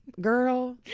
Girl